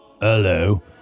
Hello